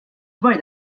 dwar